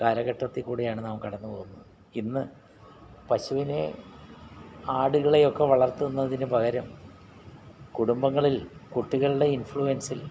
കാലഘട്ടത്തില് കൂടിയാണ് നാം കടന്നുപോകുന്നത് ഇന്ന് പശുവിനെ ആടുകളെയൊക്കെ വളർത്തുന്നതിനു പകരം കുടുംബങ്ങളിൽ കുട്ടികളുടെ ഇൻഫ്ളുവൻസിൽ